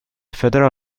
federal